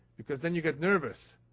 because then you get nervous.